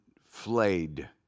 flayed